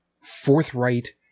forthright